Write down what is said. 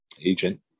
agent